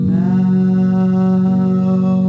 now